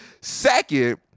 Second